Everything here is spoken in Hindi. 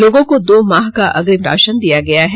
लोगों को दो माह का अग्रिम राशन दिया गया है